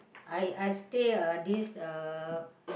I I stay uh this uh